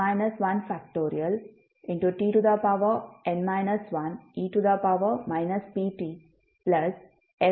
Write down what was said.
tn 1e ptಪ್ಲಸ್ f1t ಅನ್ನು ಬರೆಯುತ್ತೀರಿ